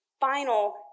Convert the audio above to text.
final